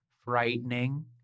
frightening